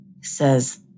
says